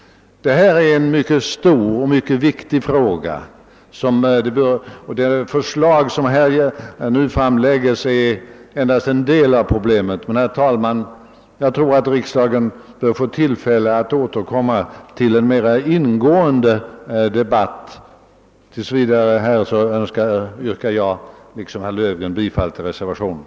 Detta är som sagt en mycket stor och viktig fråga, och det förslag som nu framläggs berör endast en del därav. Jag anser emellertid, herr talman, att riksdagen bör få tillfälle att återkomma till en mer ingående debatt om saken, och tills vidare nöjer jag mig med att liksom herr Löfgren yrka bifall till reservationen.